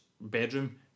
bedroom